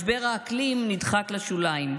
משבר האקלים נדחק לשוליים.